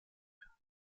mehr